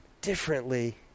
Differently